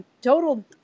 total